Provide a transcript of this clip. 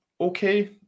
okay